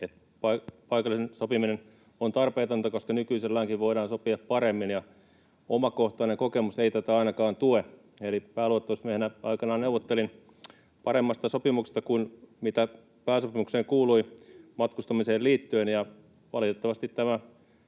paikallinen sopiminen on tarpeetonta, koska nykyiselläänkin voidaan sopia paremmin. Ainakaan omakohtainen kokemus ei tätä tue. Eli pääluottamusmiehenä aikanaan neuvottelin paremmasta sopimuksesta matkustamiseen liittyen kuin mitä pääsopimukseen kuului, ja valitettavasti tämä